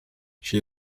she